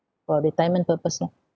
for retirement purpose lah